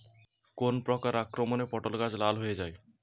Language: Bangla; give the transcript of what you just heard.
কোন প্রকার আক্রমণে পটল গাছ লাল হয়ে যায়?